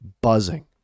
buzzing